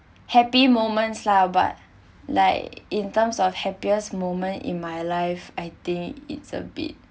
happy moments lah but like in terms of happiest moment in my life I think it's a bit